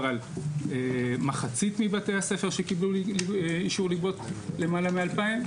על מחצית מבתי הספר שקיבלו לגבות למעלה מ-2,000.